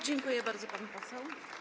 Dziękuję bardzo, pani poseł.